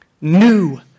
New